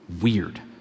weird